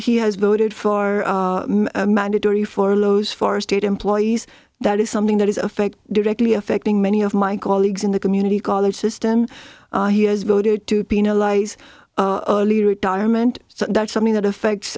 he has voted for mandatory for lows for state employees that is something that is affect directly affecting many of my colleagues in the community college system he has voted to penalize early retirement so that's something that affects